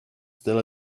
still